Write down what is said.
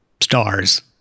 stars